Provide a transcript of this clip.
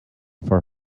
for